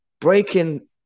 Breaking